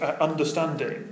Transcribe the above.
understanding